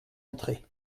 entrer